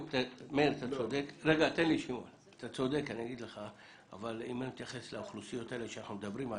אתה צודק אבל אם אני אתייחס לאוכלוסיות האלה עליהן אנחנו מדברים,